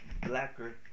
Blacker